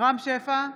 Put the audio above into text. רם שפע,